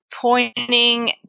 pointing